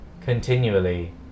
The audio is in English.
continually